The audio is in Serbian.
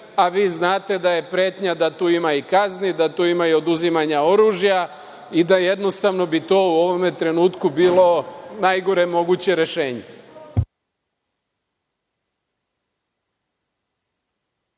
a vi znate da je pretnja da tu ima i kazni, da tu ima i oduzimanja oružja i da bi to u ovom trenutku bilo najgore moguće rešenje.